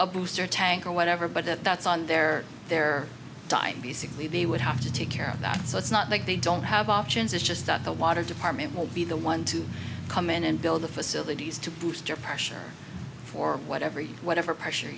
a booster tank or whatever but that's on their their diet basically be would have to take care of that so it's not that they don't have options it's just that the water department will be the one to come in and build the facilities to boost your pressure for whatever you whatever pressure